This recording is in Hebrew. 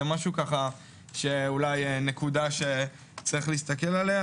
זה נקודה שיש להסתכל עליה.